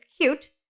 cute